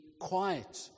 quiet